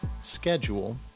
schedule